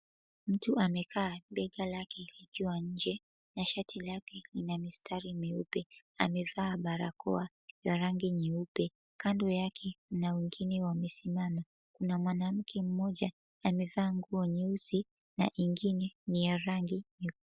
Mtu amekaa bega lake likiwa nje na shati lake lina mistari meupe amevaa barakoa ya rangi nyeupe. Kando yake mna wengine wamesimama na mwanamke mmoja amevaa nguo nyeusi na ingine ni ya rangi nyekundu.